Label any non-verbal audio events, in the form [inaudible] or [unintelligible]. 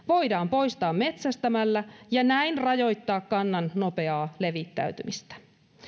[unintelligible] voidaan poistaa metsästämällä ja näin rajoittaa kannan nopeaa levittäytymistä